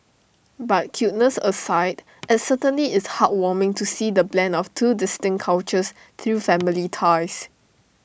but cuteness aside IT certainly is heart warming to see the blend of two distinct cultures through family ties